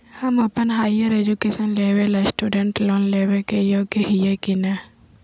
हम अप्पन higher education लेबे ला स्टूडेंट लोन लेबे के योग्य हियै की नय?